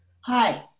Hi